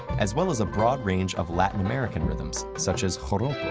as well as a broad range of latin american rhythms, such as joropo,